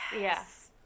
Yes